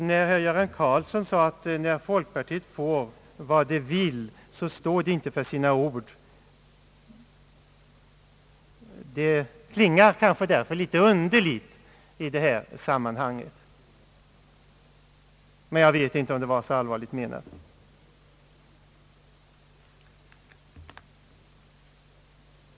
Herr Göran Karlsson sade, att när folkpartiet får vad det vill står det inte vid sina ord. Det klingar litet underligt i detta sammanhang. Men jag vet inte om det var så allvarligt menat.